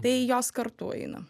tai jos kartu eina